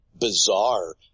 bizarre